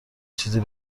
چیزی